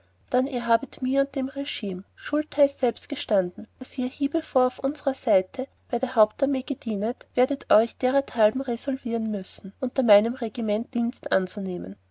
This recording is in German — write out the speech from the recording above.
dann ihr habet mir und dem regim schultheiß selbst gestanden daß ihr hiebevor auf unsrer seite bei der hauptarmee gedienet werdet euch derhalben resolvieren müssen unter meinem regiment dienst anzunehmen